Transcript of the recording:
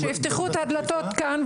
שיפתחו את הדלתות של האוניברסיטאות כאן,